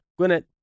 Gwyneth